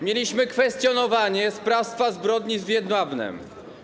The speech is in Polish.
Mieliśmy kwestionowanie sprawstwa zbrodni z Jedwabnem.